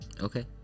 Okay